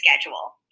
schedule